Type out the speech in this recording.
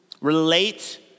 relate